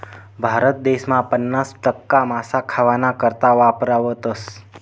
भारत देसमा पन्नास टक्का मासा खावाना करता वापरावतस